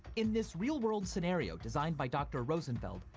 in this real-world scenario designed by dr. rosenfeld,